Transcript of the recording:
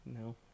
no